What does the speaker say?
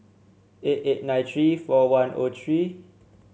eight eight nine three four one O three